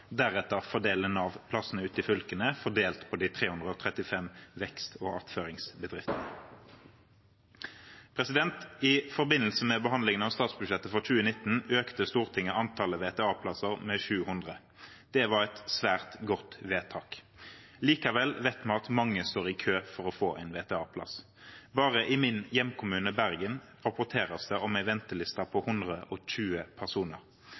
Deretter fordeler Nav plassene ut til fylkene, fordelt på de 335 vekst- og attføringsbedriftene. I forbindelse med behandlingen av statsbudsjettet for 2019 økte Stortinget antallet VTA-plasser med 700. Det var et svært godt vedtak. Likevel vet vi at mange står i kø for å få en VTA-plass. Bare i min hjemkommune, Bergen, rapporteres det om en venteliste på 120 personer. Med dagens takt på nye plasser og